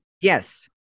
Yes